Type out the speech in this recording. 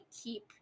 keep